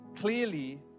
clearly